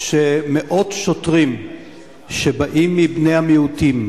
שמאות שוטרים מבני המיעוטים,